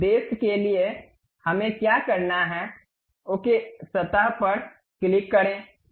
उस उद्देश्य के लिए हमें क्या करना है ओके सतह पर क्लिक करें